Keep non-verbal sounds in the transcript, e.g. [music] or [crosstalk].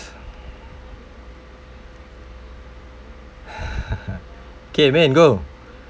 [laughs] okay man go